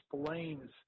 explains